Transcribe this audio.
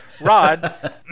rod